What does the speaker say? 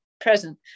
present